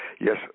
Yes